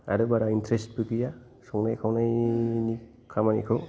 आरो बारा इन्टारेस्त बो गैया संनाय खावनायनि खामानिखौ